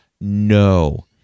no